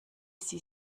sie